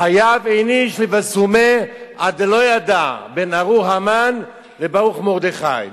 "חייב איניש לבסומי עד דלא ידע בין ארור המן לברוך מרדכי",